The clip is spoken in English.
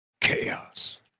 Chaos